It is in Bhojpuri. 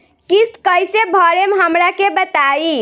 किस्त कइसे भरेम हमरा के बताई?